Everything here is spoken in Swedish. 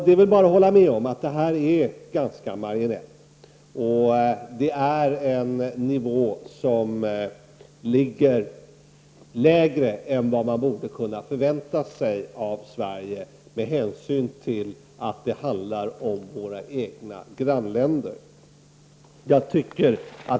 Det är bara att hålla med om att biståndet är ganska marginellt och att nivån är lägre än vad man borde kunna förvänta sig av Sverige, med hänsyn till att det handlar om våra egna grannländer.